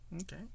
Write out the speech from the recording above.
Okay